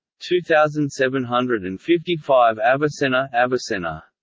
two thousand seven hundred and fifty five avicenna avicenna